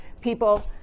People